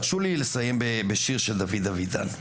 אם תרשה לי, אסיים בשיר של דוד אבידן,